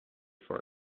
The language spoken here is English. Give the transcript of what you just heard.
for